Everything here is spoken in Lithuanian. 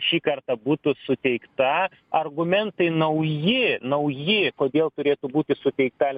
šį kartą būtų suteikta argumentai nauji nauji kodėl turėtų būti suteikta